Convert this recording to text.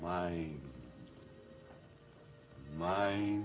my my